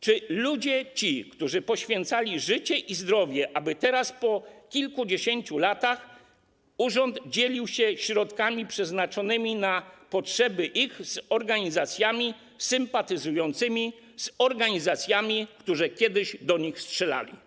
Czy ludzie ci, którzy poświęcali życie i zdrowie, aby teraz, po kilkudziesięciu latach urząd dzielił się środkami przeznaczonymi na ich potrzeby z organizacjami sympatyzującymi z organizacjami, które kiedyś do nich strzelały?